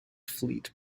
fleet